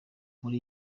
muri